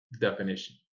definition